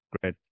Great